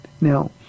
now